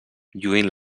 lluint